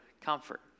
comfort